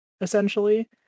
essentially